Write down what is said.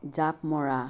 জাঁপ মৰা